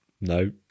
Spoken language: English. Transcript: No